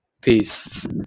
peace